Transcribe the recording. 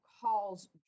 calls